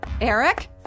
Eric